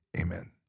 amen